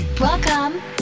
welcome